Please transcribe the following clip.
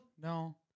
No